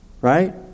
Right